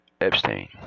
Epstein